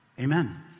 Amen